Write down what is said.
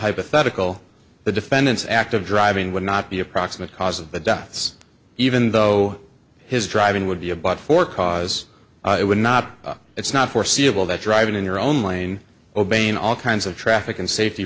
hypothetical the defendant's act of driving would not be a proximate cause of the deaths even though his driving would be a bot for cause it would not it's not foreseeable that driving in your own lane obeying all kinds of traffic and safety